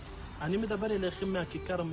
אני חייבת להגיד משהו על הכתבה הזו.